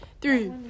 Three